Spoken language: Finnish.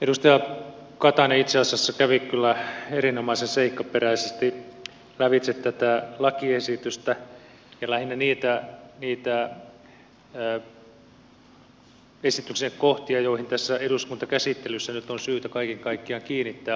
edustaja katainen itse asiassa kävi kyllä erinomaisen seikkaperäisesti lävitse tätä lakiesitystä ja lähinnä niitä esityksen kohtia joihin tässä eduskuntakäsittelyssä nyt on syytä kaiken kaikkiaan kiinnittää huomiota